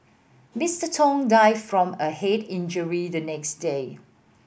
Mister Tong died from a head injury the next day